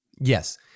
Yes